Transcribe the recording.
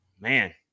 man